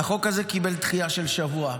החוק הזה קיבל דחייה של שבוע.